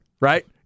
right